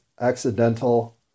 accidental